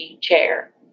chair